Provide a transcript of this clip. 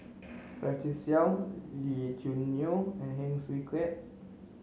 Francis Seow Lee Choo Neo and Heng Swee Keat